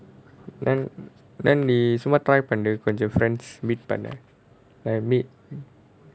then then நீ சும்மா:nee summa try பண்ணு கொஞ்சம்:pannu konjam friends meet பண்ண:panna